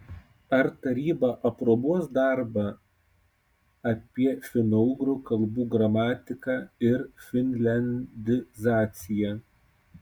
ar taryba aprobuos darbą apie finougrų kalbų gramatiką ir finliandizaciją